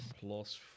Plus